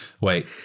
Wait